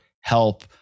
help